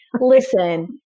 listen